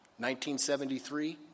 1973